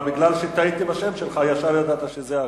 תודה.